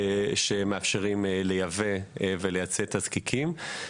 ומאפשרים לייבא ולייצא תזקיקים.